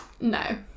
No